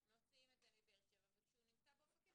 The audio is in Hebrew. מוציאים את זה מבאר שבע וכשהוא נמצא באופקים,